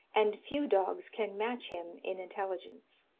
and few dogs can match him in intelligence.